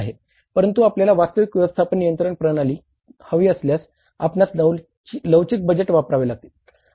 परंतु आपल्याला वास्तविक व्यवस्थापन नियंत्रण प्रणाली हवी असल्यास आपणास लवचिक बजेट वापरावे लागेल